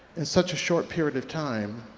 in such a short period of time